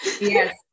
yes